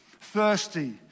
thirsty